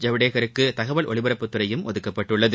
ஜவடேகருக்கு தகவல் ஒலிபரப்புத்துறையும் ஒதுக்கப்பட்டுள்ளது